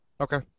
Okay